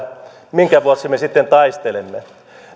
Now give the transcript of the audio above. minkä vuoksi me sitten taistelemme